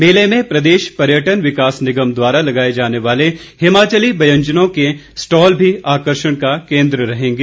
मेले में प्रदेश पर्यटन विकास निगम द्वारा लगाए जाने वाले हिमाचली व्यंजनों के स्टॉल भी आकर्षण का केन्द्र रहेंगे